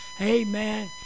amen